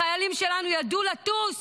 החיילים שלנו ידעו לטוס